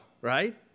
right